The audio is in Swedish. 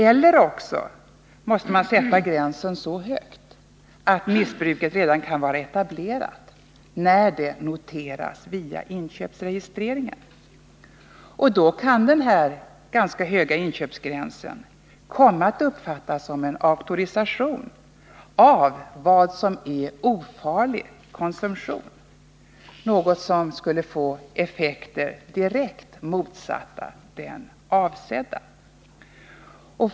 Eller också måste man sätta gränsen så högt att missbruket redan kan vara etablerat när det noteras via inköpsregistreringen. Då kan den här ganska höga inköpsgränsen komma att uppfattas som en auktorisation av vad som är ofarlig konsumtion, något som skulle få effekter direkt motsatta den avsedda.